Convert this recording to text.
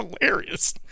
hilarious